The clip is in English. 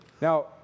Now